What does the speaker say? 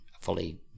fully